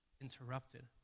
interrupted